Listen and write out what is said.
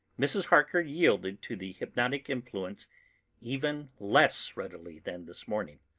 mrs. harker yielded to the hypnotic influence even less readily than this morning.